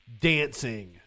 dancing